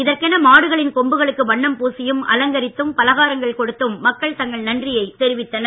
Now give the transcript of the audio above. இதற்கென மாடுகளின் கொம்புகளுக்கு வண்ணம் பூசியும் அலங்கரித்தும் பலகாரங்கள் கொடுத்தும் மக்கள் தங்கள் நன்றியை தெரிவித்தனர்